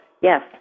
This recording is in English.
Yes